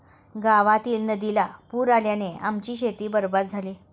गावातील नदीला पूर आल्याने आमची शेती बरबाद झाली